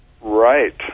Right